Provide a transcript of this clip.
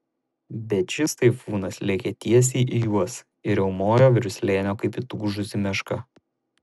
bet šis taifūnas lėkė tiesiai į juos ir riaumojo virš slėnio kaip įtūžusi meška